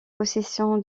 possession